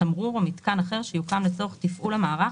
תמרור או מיתקן אחר שיוקם לצורכי תפעול המערך